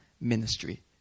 ministry